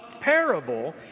parable